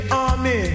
army